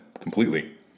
completely